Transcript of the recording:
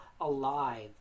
alive